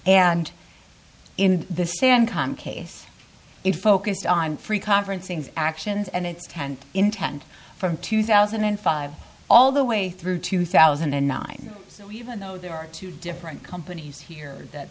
and in this stand com case it focused on free conferencing actions and its tenth intent from two thousand and five all the way through two thousand and nine so even though there are two different companies here that